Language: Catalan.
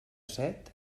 set